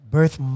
Birth